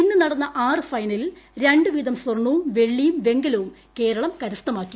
ഇന്ന് നടന്ന ആറ് ഫൈനലിൽ രണ്ട് വീതം സ്വർണ്ണവും വെള്ളിയും വെങ്കലവും കേരളം കരസ്ഥമാക്കി